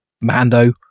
Mando